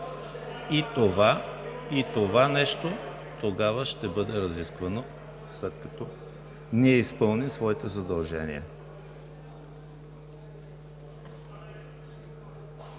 и това нещо тогава ще бъде разисквано, след като ние изпълним своите задължения.